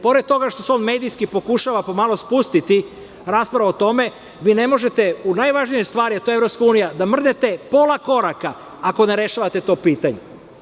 Pored toga što se on medijski pokušava po malo spustiti rasprava o tome, vi ne možete u najvažnijoj stvari, a to je Evropska unija, da mrdnete pola koraka ako ne rešavate to pitanje.